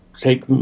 take